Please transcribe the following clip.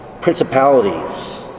principalities